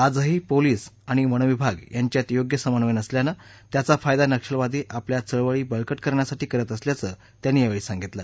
आजही पोलीस आणि वनविभाग यांच्यात योग्य समन्वय नसल्यानं त्याचा फायदा नक्षलवादी आपल्या चळवळी बळकट करण्यासाठी करत असल्याचं त्यांनी यावेळी सांगितलं